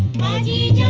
body